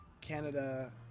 Canada